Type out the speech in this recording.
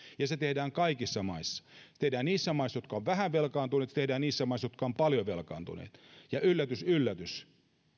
ja se tehdään kaikissa maissa se tehdään niissä maissa jotka ovat vähän velkaantuneet se tehdään niissä maissa jotka ovat paljon velkaantuneet ja yllätys yllätys